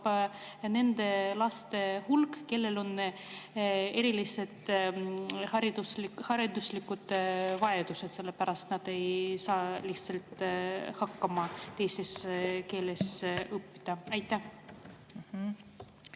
nende laste hulk, kellel on hariduslikud erivajadused, ja sellepärast nad ei saa lihtsalt hakkama teises keeles õppimisega?